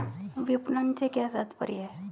विपणन से क्या तात्पर्य है?